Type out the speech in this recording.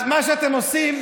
אז מה שאתם עושים,